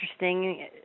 interesting